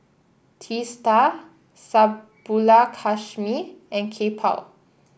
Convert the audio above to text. Teesta Subbulakshmi and Kapil